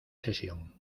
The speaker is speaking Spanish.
sesión